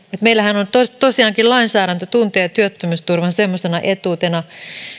meillähän tosiaankin lainsäädäntö tuntee työttömyysturvan semmoisena etuutena joka